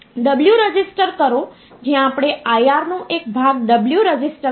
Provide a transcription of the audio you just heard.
ઉદાહરણ તરીકે ધારો કે આપણે હેકઝાડેસિમલ નંબર સિસ્ટમમાં નંબર 557 રજૂ કરવો છે